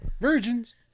virgins